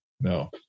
no